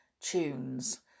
tunes